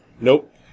Nope